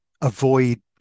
avoid